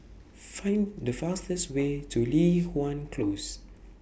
Find The fastest Way to Li Hwan Close